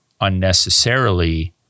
unnecessarily